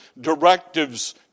directives